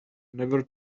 never